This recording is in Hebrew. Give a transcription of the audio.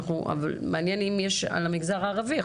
אבל מעניין אם יש על המגזר הערבי,